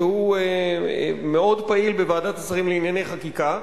שהוא מאוד פעיל בוועדת השרים לענייני חקיקה.